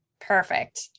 Perfect